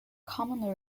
commonly